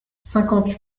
cinquante